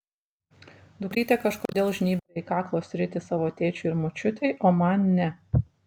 dukrytė kažkodėl žnybia į kaklo sritį savo tėčiui ir močiutei o man ne